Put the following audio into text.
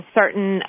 certain